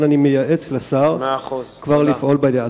אני מייעץ לשר כבר לפעול בעניין.